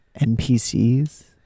NPCs